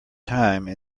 time